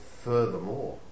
Furthermore